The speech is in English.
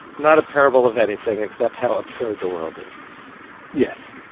not a parable of anything except how absurd the world is yes.